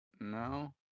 No